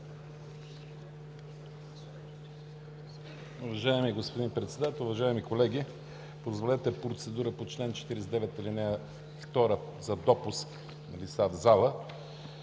Уважаеми господин Председател, уважаеми колеги! Позволете процедура по чл. 49, ал. 2 – за допуск на лица в залата.